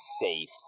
safe